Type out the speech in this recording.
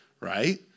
right